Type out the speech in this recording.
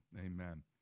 Amen